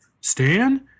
Stan